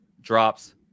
drops